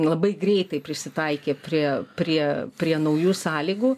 labai greitai prisitaikė prie prie prie naujų sąlygų